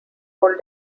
hold